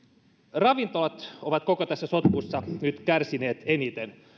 ravintolat ovat koko tässä sotkussa nyt kärsineet eniten